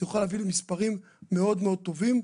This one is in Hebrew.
זה יוכל להביא למספרים מאוד-מאוד טובים.